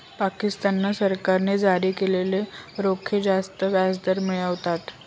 पाकिस्तान सरकारने जारी केलेले रोखे जास्त व्याजदर मिळवतात